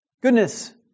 goodness